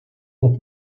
pour